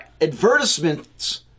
advertisements